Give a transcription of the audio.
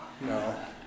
No